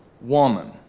woman